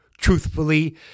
truthfully